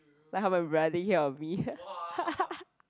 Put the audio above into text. like how my brother take care of me